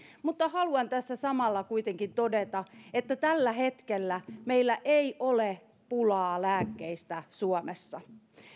mutta haluan tässä samalla kuitenkin todeta että tällä hetkellä meillä ei ole pulaa lääkkeistä suomessa